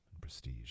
Prestige